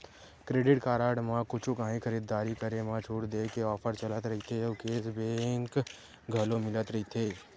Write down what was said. credit card म कुछु काही खरीददारी करे म छूट देय के ऑफर चलत रहिथे अउ केस बेंक घलो मिलत रहिथे